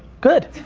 good.